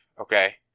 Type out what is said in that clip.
Okay